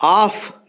off